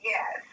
Yes